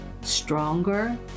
stronger